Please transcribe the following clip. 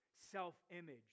self-image